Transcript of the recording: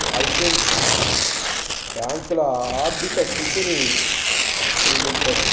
licensing బ్యాంకుల ఆర్థిక స్థితిని పరిశీలించడం